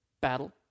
battle